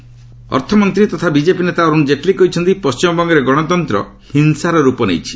ଜେଟଲୀ ମାୟାବତୀ ଅର୍ଥମନ୍ତ୍ରୀ ତଥା ବିଜେପି ନେତା ଅରୁଣ ଜେଟଲୀ କହିଛନ୍ତି ପଣ୍ଟିମବଙ୍ଗରେ ଗଣତନ୍ତ୍ର ହିଂସାର ରୂପ ନେଇଛି